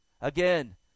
Again